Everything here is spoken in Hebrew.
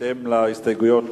בהתאם להסתייגויות